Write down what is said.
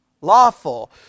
lawful